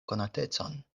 konatecon